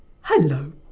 hello